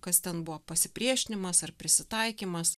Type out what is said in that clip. kas ten buvo pasipriešinimas ar prisitaikymas